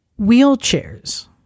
wheelchairs